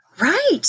Right